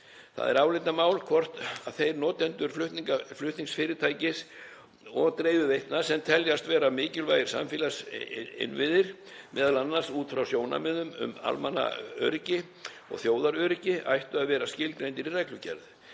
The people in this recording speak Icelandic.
Það er álitamál hvort þeir notendur flutningsfyrirtækis og dreifiveitna sem teljast vera mikilvægir samfélagsinnviðir, m.a. út frá sjónarmiðum um almannaöryggi og þjóðaröryggi, ættu að vera skilgreind í reglugerð.